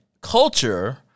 culture